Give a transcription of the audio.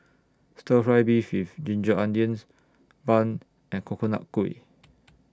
Stir Fried Beef with Ginger Onions Bun and Coconut Kuih